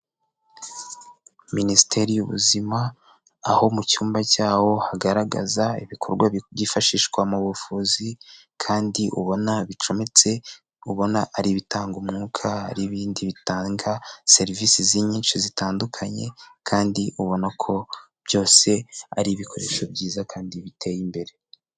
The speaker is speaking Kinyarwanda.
Minisiteri y'Ubuzima, aho mu cyumba cyaho hagaragaza ibikorwa byifashishwa mu buvuzi, kandi ubona bicometse ubona ari ibitanga umwuka ari ibindi bitanga serivisi nyinshi zitandukanye, kandi ubona ko byose ari ibikoresho byiza kandi biteye imbere.